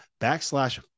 backslash